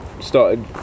started